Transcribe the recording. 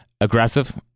aggressive